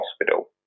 hospital